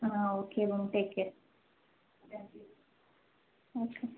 okay ma'am take care okay